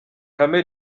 hame